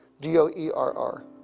D-O-E-R-R